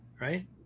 Right